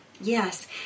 Yes